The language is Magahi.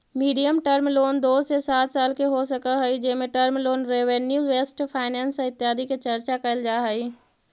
मीडियम टर्म लोन दो से सात साल के हो सकऽ हई जेमें term loan revenue based finance इत्यादि के चर्चा कैल जा हई